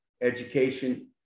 education